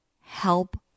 help